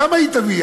שם היא תביא,